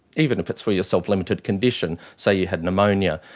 even if it's for your self-limited condition, say you had pneumonia,